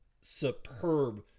superb